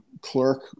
clerk